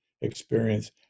experience